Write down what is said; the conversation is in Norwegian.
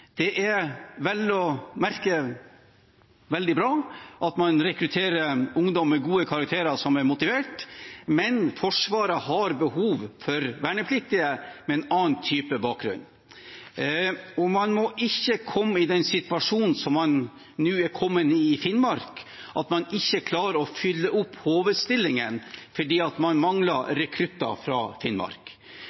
Det er vel å merke veldig bra at man rekrutterer motivert ungdom med gode karakterer, men Forsvaret har behov for vernepliktige med en annen type bakgrunn. Man må ikke komme i den situasjonen man nå er kommet i i Finnmark, hvor man ikke klarer å fylle HV-stillingene fordi man mangler rekrutter fra Finnmark.